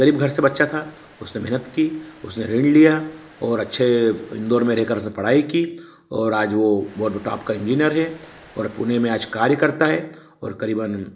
गरीब घर से बच्चा था उसने मेहनत की उसने ऋण लिया और अच्छे इंदौर में रह कर उसने पढ़ाई की और आज वह वोर्ब टॉप का इंजीनियर है और पुणे में आज कार्य करता है और करीबन